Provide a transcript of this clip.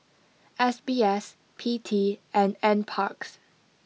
S B S P T and N Parks